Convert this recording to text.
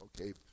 okay